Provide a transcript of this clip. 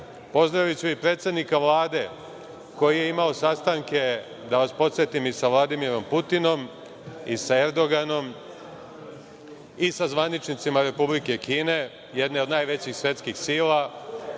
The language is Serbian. Pozdraviću i predsednika Vlade koji je imao sastanke, da vas podsetim, sa Vladimirom Putinom, sa Erdoganom i sa zvaničnicima Republike Kine, jedne od najvećih svetskih sila.